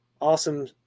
awesome